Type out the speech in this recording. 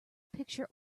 picture